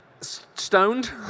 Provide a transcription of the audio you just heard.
Stoned